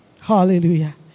Hallelujah